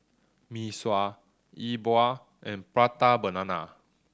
Mee Sua E Bua and Prata Banana